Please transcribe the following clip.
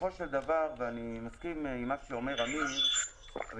בסופו של דבר, ואני מסכים עם מה שאומר אמיר, אבל